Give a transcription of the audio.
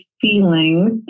feelings